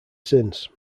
since